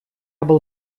был